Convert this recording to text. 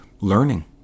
learning